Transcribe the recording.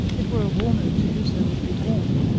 it were a warner to whoso would be warned.